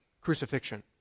crucifixion